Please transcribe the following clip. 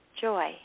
joy